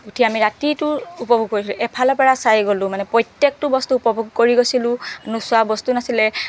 উঠি আমি ৰাতিটো উপভোগ কৰিছো এফালৰ পৰা চাই গ'লো মানে প্ৰত্যেকটো বস্তু উপভোগ কৰি গৈছিলো নোচোৱা বস্তু নাছিলে